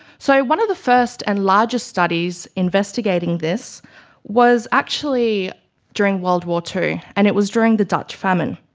so one of the first and largest studies investigating this was actually during world war two, and it was during the dutch famine.